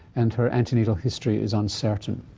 and her antenatal history is uncertain.